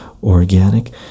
organic